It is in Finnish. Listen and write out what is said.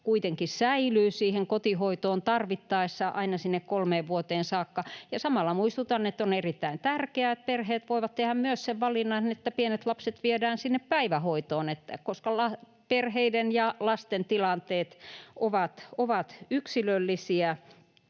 mahdollisuus kotihoitoon tarvittaessa aina sinne kolmeen vuoteen saakka. Samalla muistutan, että on erittäin tärkeää, että perheet voivat tehdä myös sen valinnan, että pienet lapset viedään päivähoitoon, koska perheiden ja lasten tilanteet ovat yksilöllisiä.